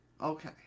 Okay